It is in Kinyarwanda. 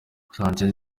sanchez